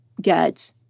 get